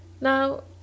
Now